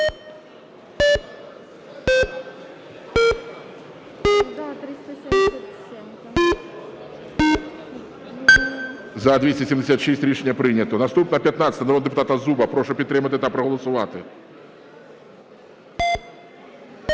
За-276 Рішення прийнято. Наступна – 15-а народного депутата Зуба. Прошу підтримати та проголосувати.